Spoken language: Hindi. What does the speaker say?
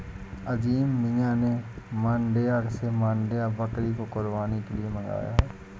अजीम मियां ने मांड्या से मांड्या बकरी को कुर्बानी के लिए मंगाया है